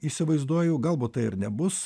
įsivaizduoju galbūt tai ir nebus